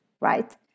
right